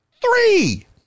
three